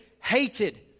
hated